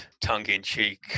tongue-in-cheek